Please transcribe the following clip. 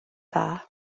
dda